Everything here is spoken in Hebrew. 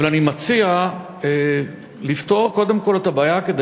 אבל אני מציע לפתור קודם כול את הבעיה כדי